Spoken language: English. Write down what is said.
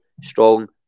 strong